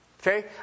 Okay